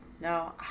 No